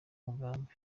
umugambi